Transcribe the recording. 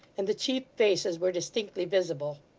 and the chief faces were distinctly visible.